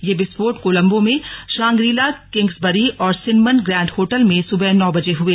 ये विस्फोट कोलम्बो में शांग्रीला किंग्स बरी और सिनमन ग्रैंड होटल में सुबह नौ बजे हुए